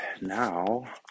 now